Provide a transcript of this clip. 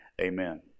amen